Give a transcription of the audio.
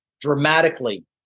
dramatically